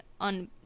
on